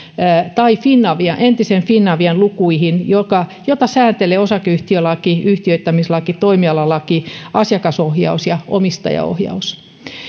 tai entisen finavian lukuihin joita säätelee osakeyhtiölaki yhtiöittämislaki toimialalaki asiakasohjaus ja omistajaohjaus